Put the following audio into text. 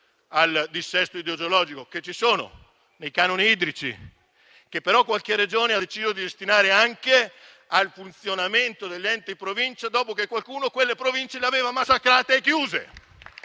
al dissesto idrogeologico, a ricordare che ci sono, nei canoni idrici, che però qualche Regione ha deciso di destinare anche al funzionamento dell'ente Provincia, dopo che qualcuno quelle province le aveva massacrate e chiuse.